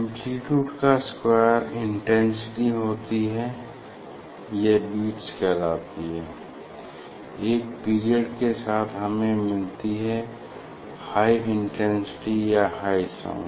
amplitude का square intensity होती है यह बिट्स कहलाती है एक पीरियड के साथ हमें मिलती है हाई इंटेंसिटी या हाई साउंड